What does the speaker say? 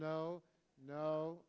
no no